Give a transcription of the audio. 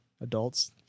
adults